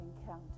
encounter